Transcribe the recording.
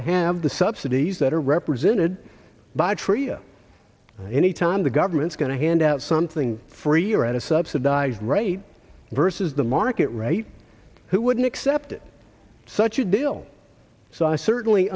to have the subsidies that are represented by tria anytime the government's going to hand out something free or at a subsidized rate versus the market right who wouldn't accept such a deal so i certainly